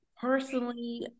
personally